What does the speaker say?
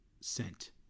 sent